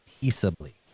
peaceably